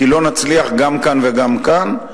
כי לא נצליח גם כאן וגם כאן.